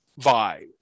vibe